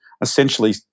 essentially